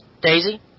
Daisy